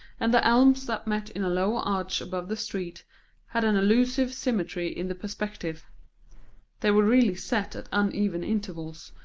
and the elms that met in a low arch above the street had an illusive symmetry in the perspective they were really set at uneven intervals,